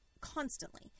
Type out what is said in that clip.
constantly